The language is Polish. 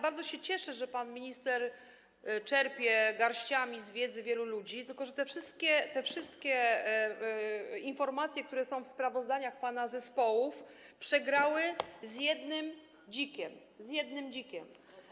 Bardzo się cieszę, że pan minister czerpie garściami z wiedzy wielu ludzi, tylko że te wszystkie informacje, które są w sprawozdaniach pana zespołów, przegrały z jednym dzikiem, z jednym dzikiem.